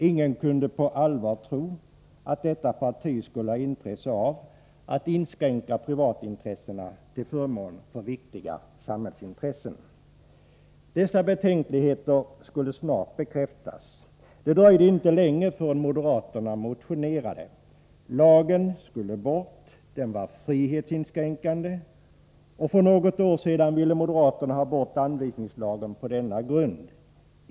Ingen kunde på allvar tro att detta parti skulle ha intresse av att inskränka privatintressen till förmån för viktiga samhällsintressen. Dessa betänkligheter skulle snart bekräftas. Det dröjde inte länge förrän moderaterna motionerade. Lagen skulle bort. Den var frihetsinskränkande. För något år sedan ville moderaterna ha bort anvisningslagen på denna grund.